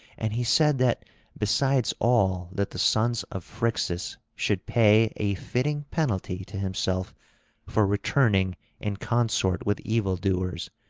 and he said that besides all that the sons of phrixus should pay a fitting penalty to himself for returning in consort with evildoers,